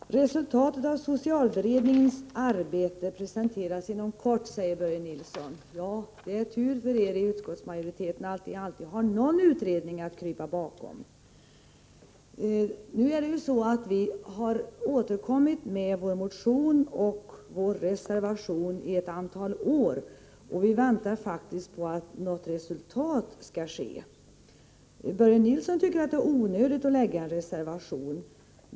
Herr talman! Resultatet av socialberedningens arbete presenteras inom kort, säger Börje Nilsson. Ja, det är tur för er i utskottsmajoriteten att ni alltid har någon utredning att krypa bakom. Vi har återkommit med vår motion och vår reservation under ett antal år, och vi väntar faktiskt på att det skall bli något resultat. Börje Nilsson tycker att det är onödigt att avge en reservation.